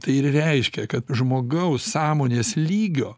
tai ir reiškia kad žmogaus sąmonės lygio